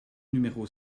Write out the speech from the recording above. numéro